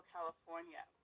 California